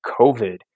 COVID